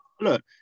look